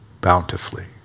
bountifully